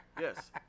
Yes